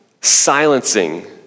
silencing